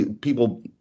people